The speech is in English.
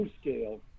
scale